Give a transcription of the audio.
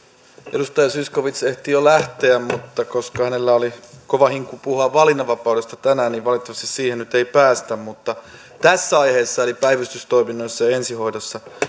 edustaja zyskowicz ehti jo lähteä mutta hänellä oli kova hinku puhua valinnanvapaudesta tänään niin valitettavasti siihen nyt ei päästä mutta tässä aiheessa eli päivystystoiminnoissa ja ja ensihoidossa